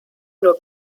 nur